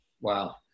Wow